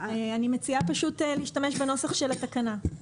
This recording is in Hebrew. אני מציעה פשוט להשתמש בנוסח של התקנה.